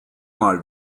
mal